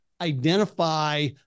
identify